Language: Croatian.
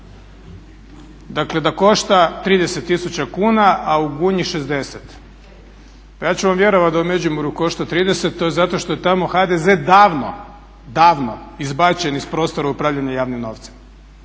dakle da košta 30 tisuća kuna a u Gunji 60. Pa ja ću vam vjerovati da u Međimurju košta 30, to je zato što je tamo HDZ davno, davno izbačen iz prostora upravljanja javnim novcem.